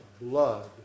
blood